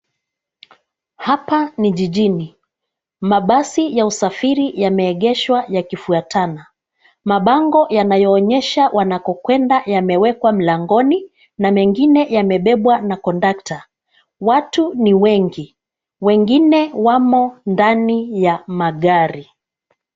Hapa ni jijini, mabasi ya usafiri yameegeshwa yakifuatana. Mabango yanayoonyesha wanakokwenda yamewekwa mlangoni na mengine yamebebwa na kondakta. Watu ni wengi. Wengine wamo ndani ya magari.